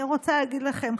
אני רוצה להגיד לכם,